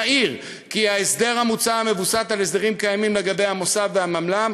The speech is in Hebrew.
נעיר כי ההסדר המוצע מבוסס על הסדרים קיימים לגבי המוסד והמלמ"ב,